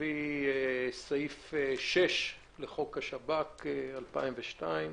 לפי סעיף 6 לחוק השב"כ (2002),